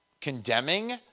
condemning